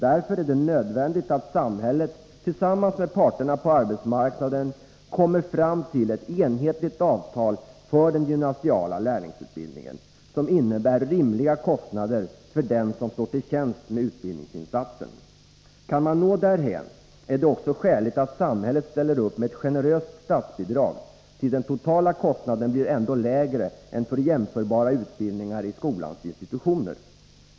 Det är därför nödvändigt att samhället, tillsammans med parterna på arbetsmarknaden, kommer fram till ett enhetligt avtal för den gymnasiala lärlingsutbildningen som innebär rimliga kostnader för den som står till tjänst med utbildningsinsatsen. Kan man nå därhän är det också skäligt att samhället ställer upp med ett generöst statsbidrag, ty den totala kostnaden blir ändå lägre än för jämförbara utbildningar i skolans institutioner.